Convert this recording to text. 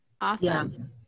Awesome